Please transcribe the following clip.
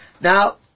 Now